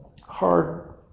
hard